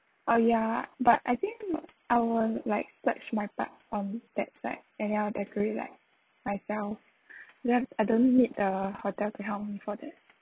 oh yeah but I think I will like search my part on that side and I'll decorate like myself then I don't need uh hotel to help me for this